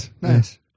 Nice